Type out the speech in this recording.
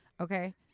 Okay